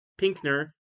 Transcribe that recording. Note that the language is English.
Pinkner